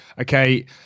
okay